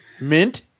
Mint